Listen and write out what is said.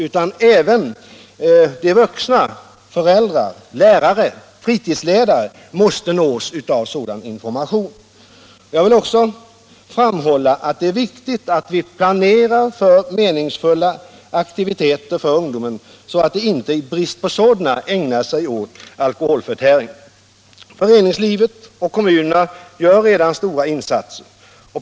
Även vuxna, t.ex. föräldrar, lärare och fritidsledare, måste nås av en sådan information. Jag vill också framhålla att det är viktigt att vi planerar meningsfulla aktiviteter för ungdomar, så att de inte i brist på sådana ägnar sig åt alkoholförtäring. Föreningslivet och kommunerna gör redan stora insatser.